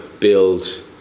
build